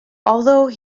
although